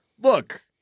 Look